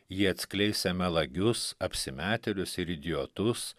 jie atskleisią melagius apsimetėlius ir idiotus